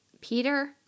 Peter